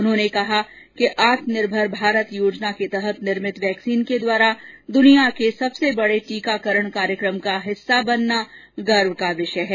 उन्होंने कहा कि आत्मनिर्भर भारत योजना के तहत निर्मित वैक्सीन के द्वारा दुनिया के सबसे टीकाकरण का हिस्सा बनाना गर्व का विषय है